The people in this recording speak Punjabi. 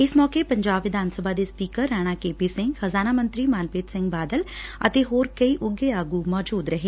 ਇਸ ਮੌਕੇ ਪੰਜਾਬ ਵਿਧਾਨ ਸਭਾ ਦੇ speaker Rana K P Singh ਖਜਾਨਾ ਮੰਤਰੀ ਮਨਪ੍ਰੀਤ ਸਿੰਘ ਬਾਦਲ ਅਤੇ ਹੋਰ ਕਈ ਉੱਘੇ ਆਗੁ ਹਾਜ਼ਰ ਰਹੇ